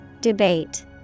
Debate